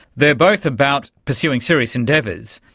they are both about pursuing serious endeavours,